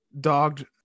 dogged